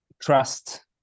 trust